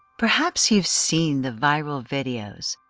perhaps you've seen the viral videos,